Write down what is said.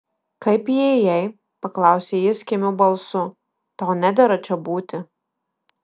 kaip įėjai paklausė jis kimiu balsu tau nedera čia būti